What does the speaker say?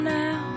now